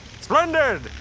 Splendid